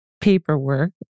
paperwork